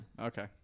Okay